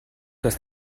dass